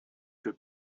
für